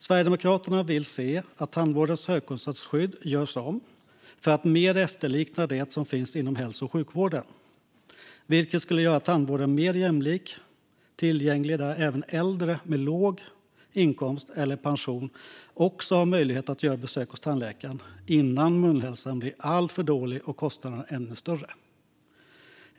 Sverigedemokraterna vill se att tandvårdens högkostnadsskydd görs om för att mer efterlikna det som finns inom hälso och sjukvården, vilket skulle göra tandvården mer jämlik och tillgänglig så att även äldre med låg inkomst eller pension har möjlighet att göra besök hos tandläkaren innan munhälsan blir alltför dålig och kostnaderna ännu större.